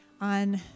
on